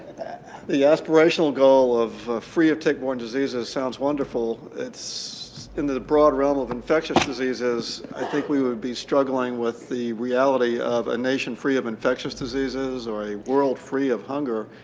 the aspirational goal of free of tick-borne diseases sounds wonderful. it's in the the broad realm of infectious diseases. i think we would be struggling with the reality of a nation free of infectious diseases, or a world free of hunger.